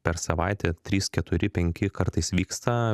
per savaitę trys keturi penki kartais vyksta